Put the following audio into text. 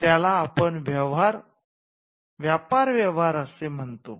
त्याला आपण व्यापार व्यवहार असे म्हणतो